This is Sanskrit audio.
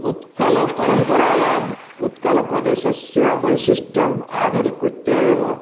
उत्कलपरम्परायाम् उत्कलप्रदेशस्य वैशिष्ट्यम् आधारिकृत्य एव